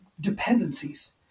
dependencies